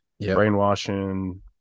brainwashing